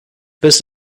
this